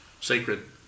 sacred